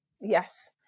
Yes